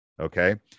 Okay